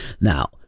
Now